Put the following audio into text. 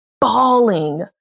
bawling